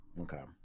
Okay